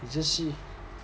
你 just 去